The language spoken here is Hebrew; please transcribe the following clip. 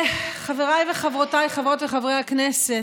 חבריי וחברותיי חברות וחברי הכנסת,